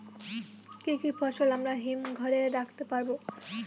কি কি ফসল আমরা হিমঘর এ রাখতে পারব?